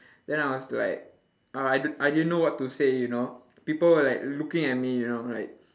then I was like uh I d~ I didn't know what to say you know people were like looking at me you know like